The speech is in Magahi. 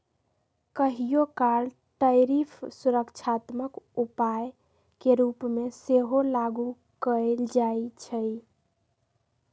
कहियोकाल टैरिफ सुरक्षात्मक उपाय के रूप में सेहो लागू कएल जाइ छइ